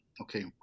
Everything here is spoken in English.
Okay